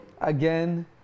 again